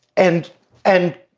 and and.